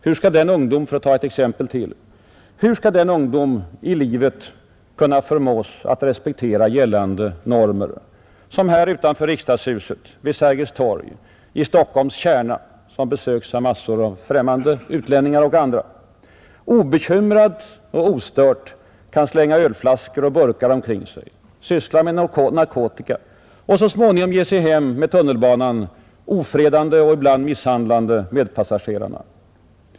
Hur skall — för att ta ett exempel till — den ungdom kunna förmås att i framtiden respektera gällande normer, vilken här utanför riksdagshuset vid Sergels torg i Stockholms kärna, obekymrad och ostörd kan slänga ölflaskor och burkar omkring sig, syssla med narkotika och så småningom ge sig hem med tunnelbanan ofredande och ibland misshandlande medpassagerarna?